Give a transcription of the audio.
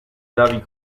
navi